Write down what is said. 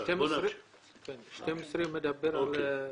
12 מדבר על ותק.